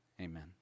Amen